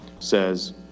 says